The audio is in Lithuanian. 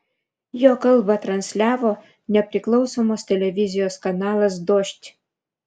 jo kalbą transliavo nepriklausomas televizijos kanalas dožd